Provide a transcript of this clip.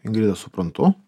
ingridą suprantu